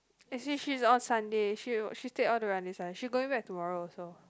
as in she's on Sunday she she take all the Sunday she going back tomorrow also